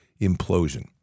implosion